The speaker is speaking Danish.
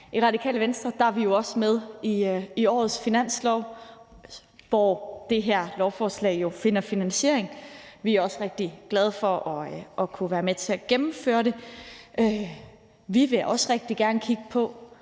I Radikale Venstre er vi jo også med i årets finanslov, hvor det her lovforslag finder finansiering. Vi er også rigtig glade for at kunne være med til at gennemføre det. Vi vil også rigtig gerne kigge på,